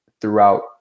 throughout